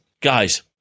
guys